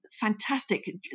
fantastic